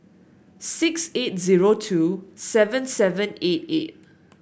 six eight zero two seven seven eight eight